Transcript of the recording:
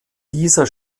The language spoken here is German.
dieser